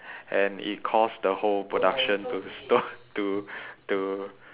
and it caused the whole production to stop to to